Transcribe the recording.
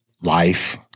life